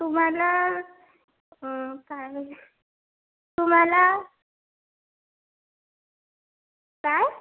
तुम्हाला काय बरं तुम्हाला काय